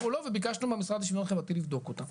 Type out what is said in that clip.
או לא וביקשנו מהמשרד לשוויון חברתי לבדוק אותם.